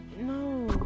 No